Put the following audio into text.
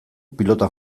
pilotan